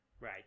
right